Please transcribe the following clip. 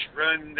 run